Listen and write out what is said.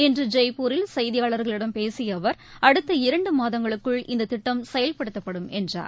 இன்றுஜெய்ப்பூரில் செய்தியாளர்களிடம் பேசியஅவர் அடுத்த இரண்டுமாதங்களுக்குள் இந்ததிட்டம் செயல்படுத்தப்படும் என்றார்